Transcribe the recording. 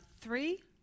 three